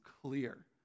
clear